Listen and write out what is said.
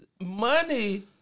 Money